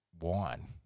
wine